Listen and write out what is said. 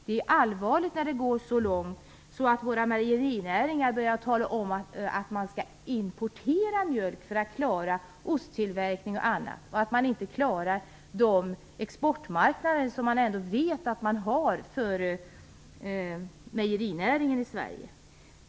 Det är allvarligt när det går så långt att vår mejerinäring börjar tala om att importera mjölk för att klara bl.a. tillverkning av ost och om att man inte klarar att tillgodose den exportmarknad som den svenska mejerinäringen har.